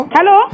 Hello